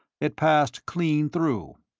it passed clean through.